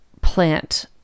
plant